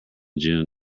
june